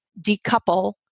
decouple